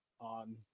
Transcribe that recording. On